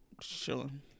Chilling